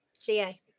ga